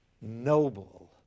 noble